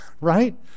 right